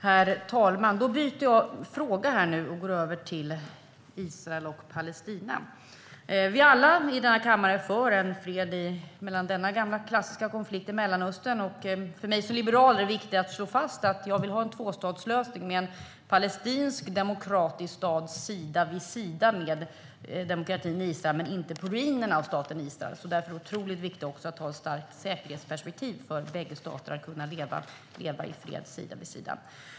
Herr talman! Jag byter ämne och går över till Israel och Palestina. Vi är alla i denna kammare är för fred i denna klassiska konflikt i Mellanöstern. För mig som liberal är det viktigt att slå fast att jag vill ha tvåstatslösning med en palestinsk demokratisk stat sida vid sida med det demokratiska Israel, men inte på ruinen av staten Israel. Därför är det otroligt viktigt att ha ett starkt säkerhetsperspektiv så att båda stater kan leva i fred sida vid sida.